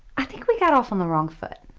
i think we got off on the wrong foot.